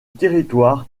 territoire